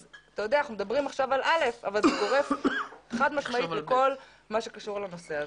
אנחנו מדברים עכשיו על נושא מסוים אבל זה גורף לכל מה שקשור בנושא הזה.